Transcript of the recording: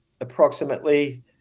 approximately